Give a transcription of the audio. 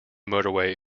motorway